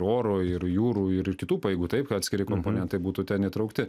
oro ir jūrų ir kitų pajėgų taip atskiri komponentai būtų ten įtraukti